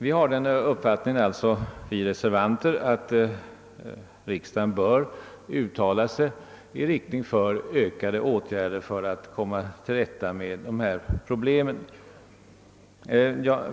Vi reservanter har alltså den uppfattningen att riksdagen bör uttala sig i riktning mot ökade åtgärder för att komma till rätta med berörda problem.